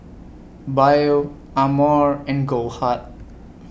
Biore Amore and Goldheart